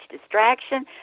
distraction